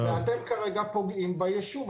ואתם כרגע פוגעים ביישוב.